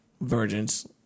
Virgins